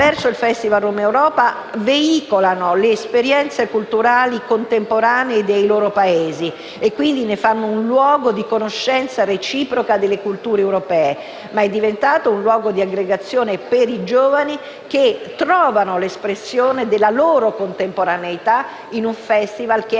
il Festival Romaeuropa, veicolano le esperienze culturali contemporanee dei loro Paesi, facendone un luogo di conoscenza reciproca delle culture europee. La rassegna è anche diventata un luogo di aggregazione per i giovani, che trovano l'espressione della loro contemporaneità in un Festival dedicato,